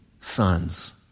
sons